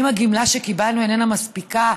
אם הגמלה שקיבלנו איננה מספיקה,